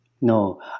No